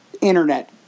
Internet